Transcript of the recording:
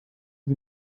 sie